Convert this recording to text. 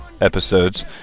episodes